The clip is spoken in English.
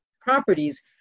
properties